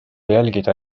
jälgida